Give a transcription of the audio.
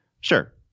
Sure